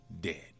dead